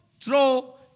throw